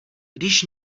když